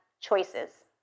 choices